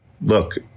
look